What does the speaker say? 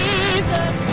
Jesus